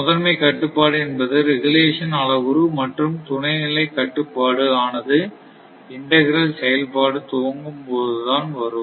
முதன்மை கட்டுப்பாடு என்பது ரெகுலேஷன் அளவுரு மற்றும் துணைநிலை கட்டுப்பாடு ஆனது இன்டகிரால் செயல்பாடு துவங்கும் போது தான் வரும்